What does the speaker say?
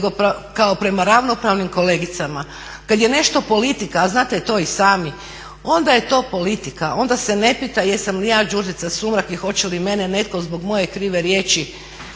kao prema ravnopravnim kolegicama. Kad je nešto politika, a znate to i sami, onda je to politika, onda se ne pita jesam li ja Đurđica Sumrak i hoće li mene netko zbog moje krive riječi